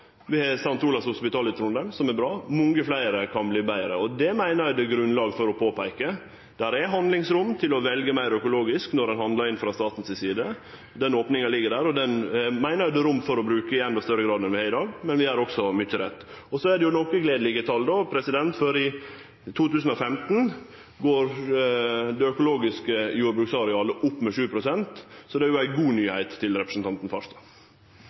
Vi har St. Olavs Hospital i Trondheim, som er bra. Mange fleire kan verte betre, og det meiner eg det er grunnlag for å påpeike. Det er handlingsrom for å velje meir økologisk når ein handlar inn frå staten si side. Den opninga ligg der, og den meiner eg det er rom for å bruke i endå større grad enn vi gjer i dag, men vi gjer også mykje rett. Så er det jo nokre gledelege tal, for i 2015 gjekk det økologiske jordbruksarealet opp med 7 pst. Det er vel ei god nyheit for representanten Farstad.